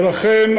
ולכן,